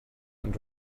and